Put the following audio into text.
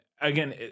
again